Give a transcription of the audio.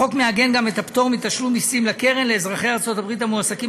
החוק מעגן גם את הפטור מתשלום מסים לקרן לאזרחי ארצות הברית המועסקים